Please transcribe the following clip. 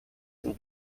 sind